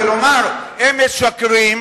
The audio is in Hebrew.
ולומר: הם משקרים,